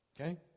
okay